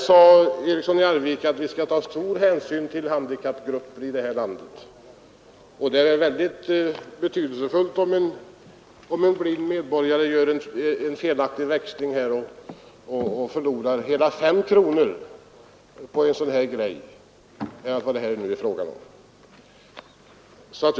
Herr Eriksson sade ju att vi skall ta stor hänsyn till medlemmarna i handikappgrupperna, och det är högst betydelsefullt om en blind medborgare växlar fel och förlorar hela 5 kronor, därför att sedlarna är så lika till storleken.